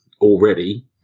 already